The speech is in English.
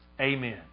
Amen